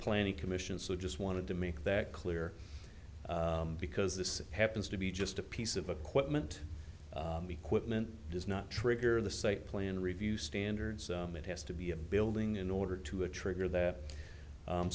planning commission so i just wanted to make that clear because this happens to be just a piece of equipment be quick meant does not trigger the site plan review standards it has to be a building in order to a trigger that